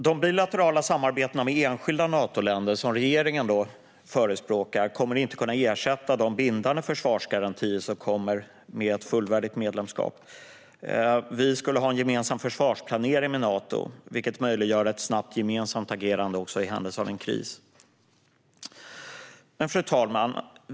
De bilaterala samarbetena med enskilda Natoländer som regeringen förespråkar kommer inte att kunna ersätta de bindande försvarsgarantier som kommer med ett fullvärdigt medlemskap. Som medlem skulle Sverige ha en gemensam försvarsplanering med Nato, vilket skulle möjliggöra ett snabbt gemensamt agerande i händelse av kris. Fru talman!